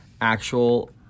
actual